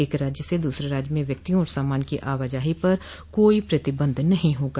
एक राज्य से दूसरे राज्य में व्यक्तियों और सामान की आवाजाही पर भी कोई प्रतिबंध नहीं होगा